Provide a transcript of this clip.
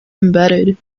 embedded